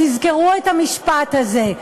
תזכרו את המשפט הזה,